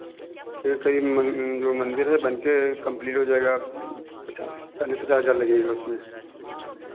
ये करीब मन जो मन्दिर है बन के कम्प्लीट हो जाएगा पचास चालीस पचास हज़ार लगेगा उसमें